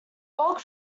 bulk